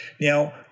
Now